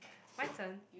my turn